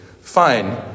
Fine